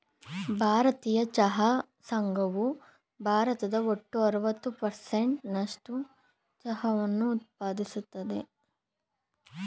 ಭಾರತೀಯ ಚಹಾ ಸಂಘವು ಭಾರತದ ಒಟ್ಟು ಅರವತ್ತು ಪರ್ಸೆಂಟ್ ನಸ್ಟು ಚಹಾವನ್ನ ಉತ್ಪಾದಿಸ್ತದೆ